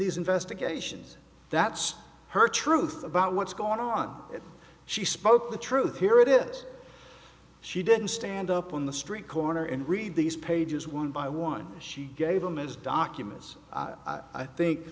these investigations that's her truth about what's going on if she spoke the truth here it is she didn't stand up on the street corner and read these pages one by one she gave them is documents i think